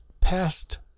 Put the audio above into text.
past